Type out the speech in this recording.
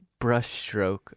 brushstroke